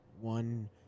one